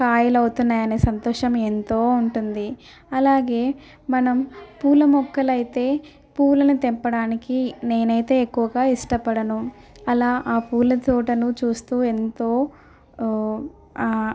కాయలవుతున్నాయని సంతోషం ఎంతో ఉంటుంది అలాగే మనం పూల మొక్కలైతే పూలను తెంపడానికి నేనైతే ఎక్కువగా ఇష్టపడను అలా ఆ పూలతోటను చూస్తూ ఎంతో